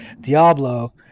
diablo